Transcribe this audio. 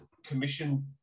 commission